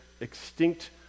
extinct